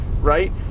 right